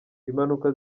impanuka